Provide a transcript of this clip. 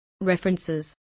References